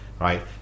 right